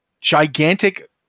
gigantic